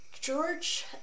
George